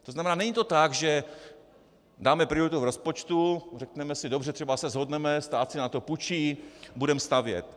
To znamená, není to tak, že dáme prioritu v rozpočtu, řekneme si: Dobře, třeba se shodneme, stát si na to půjčí, budeme stavět.